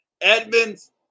Edmonds